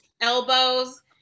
elbows